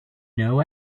know